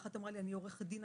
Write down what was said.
אחת אמרה לי: אני עורכת דין,